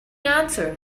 answer